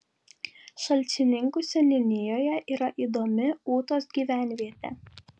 šalčininkų seniūnijoje yra įdomi ūtos gyvenvietė